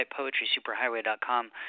poetrysuperhighway.com